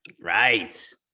right